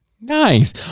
Nice